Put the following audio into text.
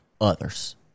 others